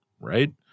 right